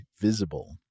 Visible